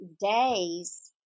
days